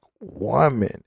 woman